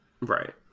Right